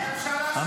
אבל מה הקשר לרמטכ"ל?